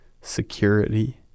security